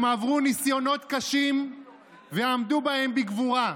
הם עברו ניסיונות קשים ועמדו בהם בגבורה.